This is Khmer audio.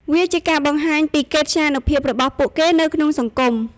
វាជាការបង្ហាញពីកិត្យានុភាពរបស់ពួកគេនៅក្នុងសង្គម។